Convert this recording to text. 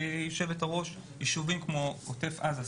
ישובים כמו עוטף עזה,